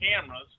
cameras